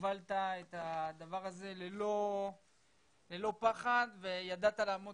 שהובלת את הדבר הזה ללא פחד וידעת לעמוד